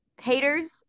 haters